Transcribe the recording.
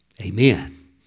Amen